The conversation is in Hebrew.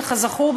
וכזכור,